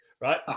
right